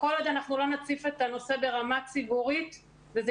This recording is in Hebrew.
כל עוד לא נציף את המורה ברמה ציבורית וזה